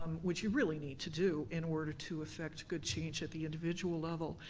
which you really need to do in order to affect good change at the individual level.